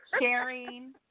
sharing